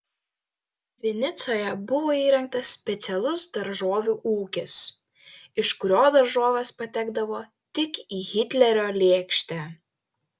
vinicoje buvo įrengtas specialus daržovių ūkis iš kurio daržovės patekdavo tik į hitlerio lėkštę